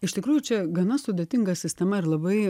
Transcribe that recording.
iš tikrųjų čia gana sudėtinga sistema ir labai